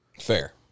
Fair